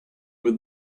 with